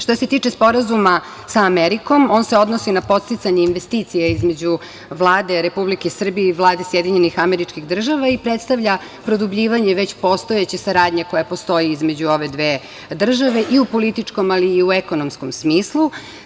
Što se tiče sporazuma sa Amerikom, on se odnosi na podsticanje investicija između Vlade Republike Srbije i Vlade SAD i predstavlja produbljivanje već postojeće saradnje koja postoji između ove dve države i u političkom, ali i u ekonomskom smislu.